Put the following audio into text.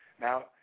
Now